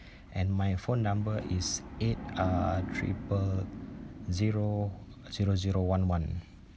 and my phone number is eight uh triple zero zero zero one one